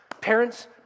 Parents